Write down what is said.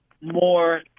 more